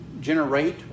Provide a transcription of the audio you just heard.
generate